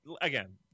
again